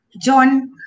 John